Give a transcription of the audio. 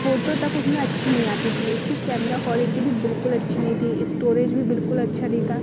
photo तक उसमें अच्छी नहीं आती थी उसकी कैमरा क्वालिटी भी बिल्कुल अच्छी नहीं थी इस्टोरेज भी बिल्कुल भी अच्छा नहीं था